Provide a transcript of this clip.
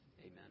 Amen